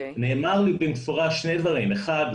נאמר לי במפורש שני דברים: אחד,